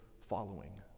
following